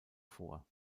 vor